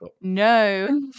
No